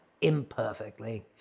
imperfectly